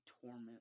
torment